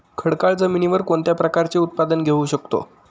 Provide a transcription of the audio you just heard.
खडकाळ जमिनीवर कोणत्या प्रकारचे उत्पादन घेऊ शकतो?